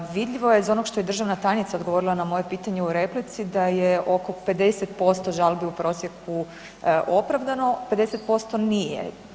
Vidljivo je iz onog što je državna tajnica odgovorila na moje pitanje u replici, da je oko 50% žalbi u prosjeku opravdano, 50% nije.